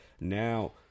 now